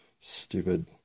stupid